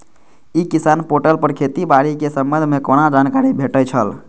ई किसान पोर्टल पर खेती बाड़ी के संबंध में कोना जानकारी भेटय छल?